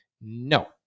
No